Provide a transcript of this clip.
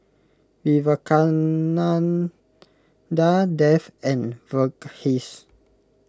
Vivekananda Dev and Verghese